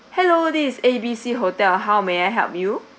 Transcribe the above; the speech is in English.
hello this is A B C hotel how may I help you